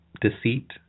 deceit